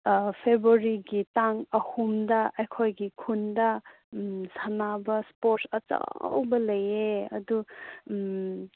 ꯐꯦꯕꯨꯋꯥꯔꯤꯒꯤ ꯇꯥꯡ ꯑꯍꯨꯝꯗ ꯑꯩꯈꯣꯏꯒꯤ ꯈꯨꯟꯗ ꯁꯥꯟꯅꯕ ꯏꯁꯄꯣꯔꯠꯁ ꯑꯆꯧꯕ ꯂꯩꯌꯦ ꯑꯗꯨ